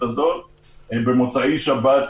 גם בגלל שזה לשעת